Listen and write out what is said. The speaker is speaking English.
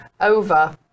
over